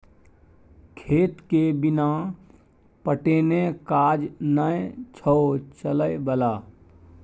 खेतके बिना पटेने काज नै छौ चलय बला